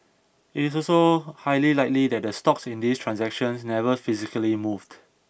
it is also highly likely that the stocks in these transactions never physically moved